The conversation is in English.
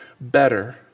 better